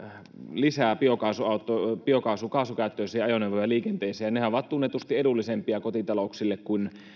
lisää biokaasu ja kaasukäyttöisiä ajoneuvoja liikenteeseen nehän ovat tunnetusti edullisempia kotitalouksille kuin